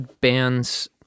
bands